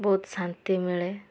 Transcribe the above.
ବହୁତ ଶାନ୍ତି ମିଳେ